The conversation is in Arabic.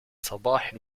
صباح